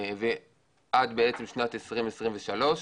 עד שנת 2023,